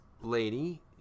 lady